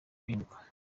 bihinduka